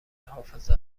حافظه